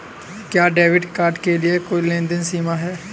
क्या debit card के लिए कोई लेनदेन सीमा है?